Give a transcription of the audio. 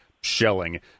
shelling